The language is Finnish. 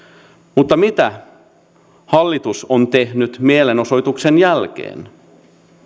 mutta mitä hallitus on tehnyt mielenosoituksen jälkeen